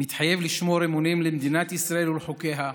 מתחייב לשמור אמונים למדינת ישראל ולחוקיה,